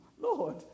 Lord